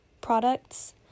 products